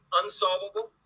unsolvable